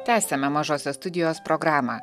tęsiame mažosios studijos programą